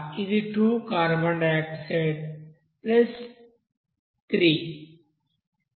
ఇది 2 carbon dioxide ఇక్కడ మళ్ళీ సున్నా3నీటి కోసం ఇది సున్నా